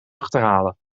achterhalen